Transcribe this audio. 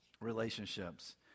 relationships